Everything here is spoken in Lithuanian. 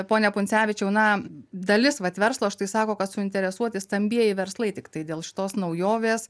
ponia pundzevičiau na dalis vat verslo štai sako kad suinteresuoti stambieji verslai tiktai dėl šitos naujovės